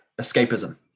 escapism